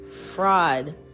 fraud